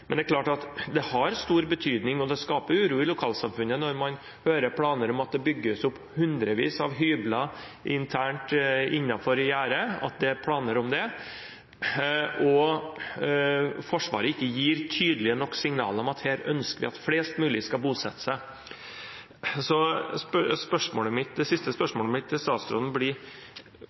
men det er klart at det har stor betydning. Det skaper uro i lokalsamfunnet når man hører at det skal bygges hundrevis av hybler internt innenfor gjerdet, at det er planer om det – og Forsvaret ikke gir tydelig nok signaler om at her ønsker man at flest mulig skal bosette seg. Det siste spørsmålet mitt til statsråden blir: